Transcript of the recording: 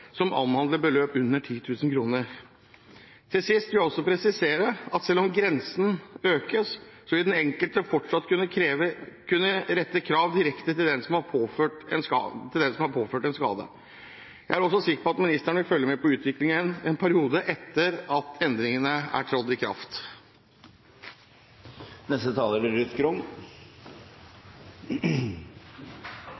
som omhandler beløp under 10 000 kr. Til sist vil jeg også presisere at selv om grensen økes, vil den enkelte fortsatt kunne rette krav direkte til den som har påført en skade. Jeg er også sikker på at ministeren vil følge med på utviklingen i en periode etter at endringene er trådt i kraft. Arbeiderpartiet er